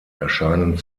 erscheinen